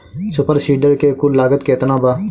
Super seeder के कुल लागत केतना बा?